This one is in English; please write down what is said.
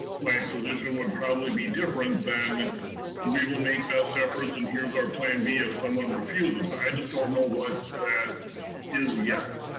my position would probably be different than we will make best efforts and here's our plan b if someone refuses. but i just don't know that is yet.